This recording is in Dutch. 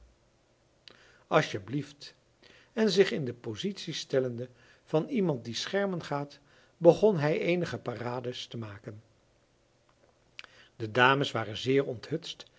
asjeblieft en zich in de positie stellende van iemand die schermen gaat begon hij eenige parades te maken de dames waren zeer onthutst